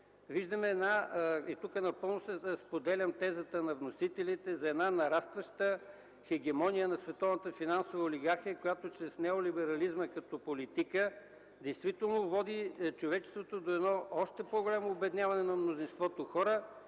движение. Тук напълно споделям тезата на вносителите за една нарастваща хегемония на световната финансова олигархия, която чрез неолиберализма като политика действително води човечеството до още по-голямо обедняване на мнозинството и